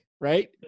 right